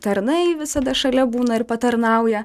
tarnai visada šalia būna ir patarnauja